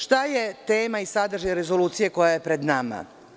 Šta je tema i sadržaj rezolucije koja je pred nama?